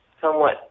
somewhat